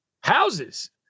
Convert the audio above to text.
houses